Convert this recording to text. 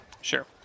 Sure